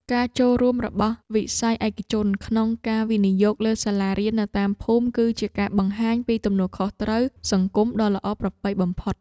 ការចូលរួមរបស់វិស័យឯកជនក្នុងការវិនិយោគលើសាលារៀននៅតាមភូមិ គឺជាការបង្ហាញពីទំនួលខុសត្រូវសង្គមដ៏ល្អប្រពៃបំផុត។